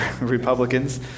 Republicans